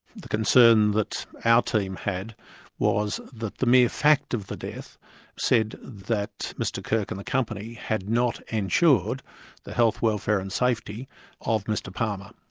the concern that our team had was that the mere fact of the death said that mr kirk and the company had not ensured the health, welfare and safety of mr palmer.